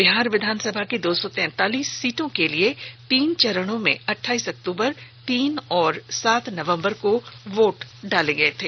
बिहार विधानसभा की दो सौ तैंतालीस सीटों के लिए तीन चरणों में अठाइस अक्तूबर तीन और सात नवंबर को वोट डाले गए थे